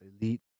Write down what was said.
Elite